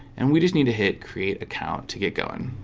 and we just need to hit create account to get going